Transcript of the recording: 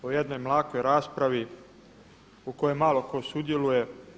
O jednoj mlakoj raspravi u kojoj malo tko sudjeluje.